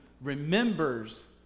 remembers